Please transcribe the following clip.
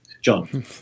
John